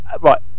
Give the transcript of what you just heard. right